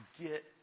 get